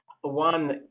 one